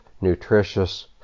nutritious